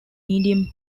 medium